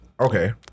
Okay